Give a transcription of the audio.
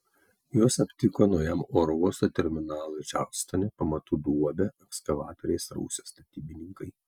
juos aptiko naujam oro uosto terminalui čarlstone pamatų duobę ekskavatoriais rausę statybininkai